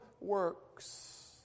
works